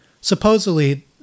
supposedly